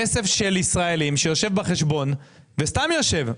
כסף של ישראלים שיושב בחשבון וסתם יושב.